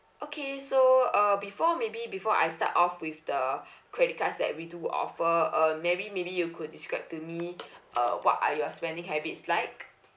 okay so uh before maybe before I start off with the credit cards that we do offer uh mary maybe you could describe to me uh what are your spending habit's like